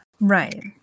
Right